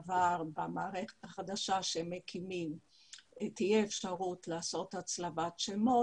דבר במערכת החדשה שמקימים תהיה אפשרות לעשות הצלבת שמות,